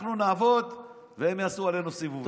אנחנו נעבוד והם יעשו עלינו סיבובים.